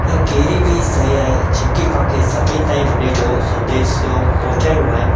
या कहिड़ी बि शइ आहे जेके तव्हांखे सभिनि ताईं हुन जो संदेशो पहुचाइणो आहे